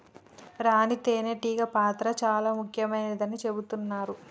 రాణి తేనే టీగ పాత్ర చాల ముఖ్యమైనదని చెబుతున్నరు